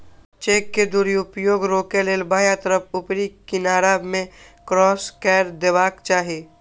cheque के दुरुपयोग रोकै लेल बायां तरफ ऊपरी किनारा मे क्रास कैर देबाक चाही